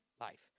life